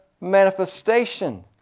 manifestation